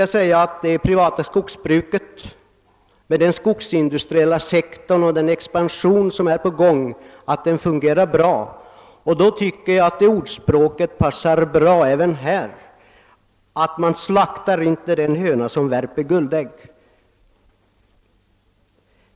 Jag vill säga att det privata skogsbruket med dess skogsindustriella sektor fungerar bra och expanderar, varför vederbörande regeringsrepresentants uttalande passar utmärkt i detta fall.